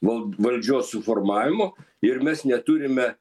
val valdžios suformavimo ir mes neturime